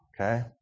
Okay